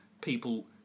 people